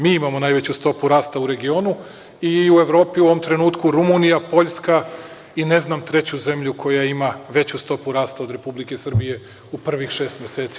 Mi imamo najveću stopu rasta u regionu i u Evropi u ovom trenutku Rumunija, Poljska, ne znam treću zemlju koja ima veću stopu rasta od Republike Srbije u prvih šest meseci.